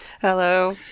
Hello